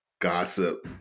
gossip